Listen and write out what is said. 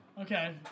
okay